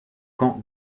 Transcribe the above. camp